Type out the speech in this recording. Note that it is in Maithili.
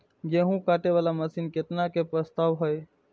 गेहूँ काटे वाला मशीन केतना के प्रस्ताव हय?